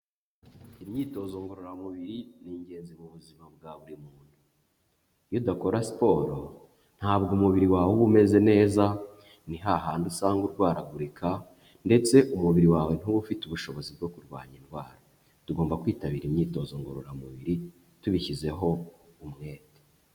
Imyitozo ngororamubiri ni ingenzi mu buzima bwa buri muntu. Iyo udakora siporo ntabwo umubiri wawe uba umeze neza, ni hahandi usanga urwaragurika ndetse umubiri wawe ntube ufite ubushobozi bwo kurwanya indwara. Tugomba kwitabira imyitozo ngororamubiri tubishyizeho umwete.